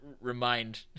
remind